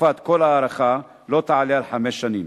שתקופת כל ההארכה לא תעלה על חמש שנים.